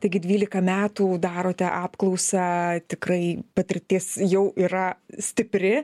taigi dvylika metų darote apklausą tikrai patirtis jau yra stipri